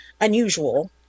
unusual